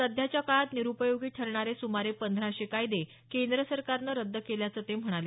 सध्याच्या काळात निरुपयोगी ठरणारे सुमारे पंधराशे कायदे केंद्र सरकारनं रद्द केल्याचं ते म्हणाले